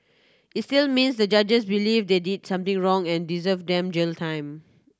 it still means the judges believe they did something wrong and deserve them jail time